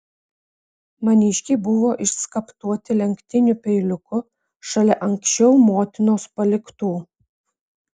maniškiai buvo išskaptuoti lenktiniu peiliuku šalia anksčiau motinos paliktų